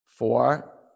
Four